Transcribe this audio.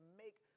make